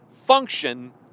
function